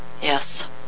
Yes